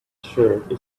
shirt